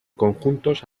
conjuntos